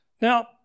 Now